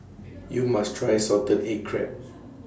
YOU must Try Salted Egg Crab